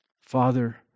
Father